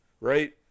Right